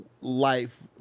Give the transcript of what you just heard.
life